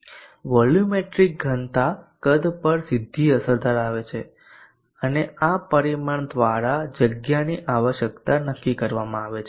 volumetric ઘનતા કદ પર સીધી અસર ધરાવે છે અને આ પરિમાણ દ્વારા જગ્યાની આવશ્યકતા નક્કી કરવામાં આવે છે